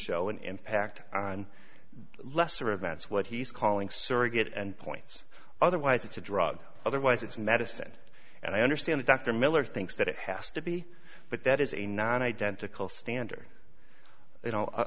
show an impact on lesser events what he's calling surrogate and points otherwise it's a drug otherwise it's medicine and i understand dr miller thinks that it has to be but that is a not identical standard